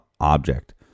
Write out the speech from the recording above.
object